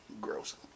Gross